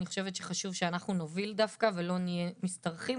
אני חושבת שחשוב שאנחנו נוביל דווקא ולא נהיה משתרכים.